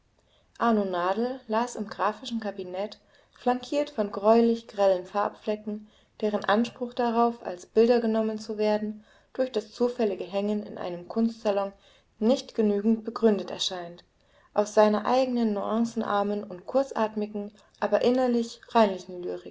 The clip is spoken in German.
arno nadel las im graphischen kabinett flankiert von greulich grellen farbflecken deren anspruch darauf als bilder genommen zu werden durch das zufällige hängen in einem kunstsalon nicht genügend begründet erscheint aus seiner eigenen nuancenarmen und kurzatmigen aber innerlich reinlichen